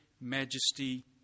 majesty